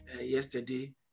yesterday